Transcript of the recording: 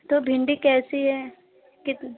तो भिंडी कैसी है कित